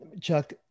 Chuck